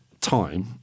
time